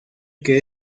que